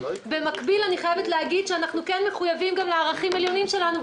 במקביל אני חייבת להגיד שאנחנו כן מחויבים גם לערכים העליונים שלנו,